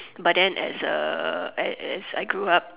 but then as a as as I grew up